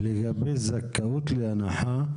לגבי זכאות להנחה,